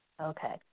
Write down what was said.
Okay